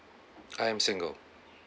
I am single